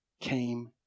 came